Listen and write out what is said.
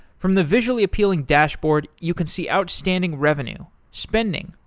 from the visually appealing dashboard, you can see outstanding revenue, spending,